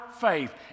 faith